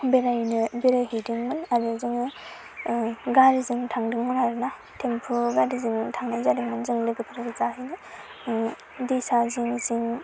बेरायहैनो बेरायहैदोंमोन आरो जोङो गारिजों थांदोंमोन आरो ना थेम्फु गारिजों थांनाय जादोंमोन जों लोगोफोर गोजा हिनजावफोर दैसा जिं जिं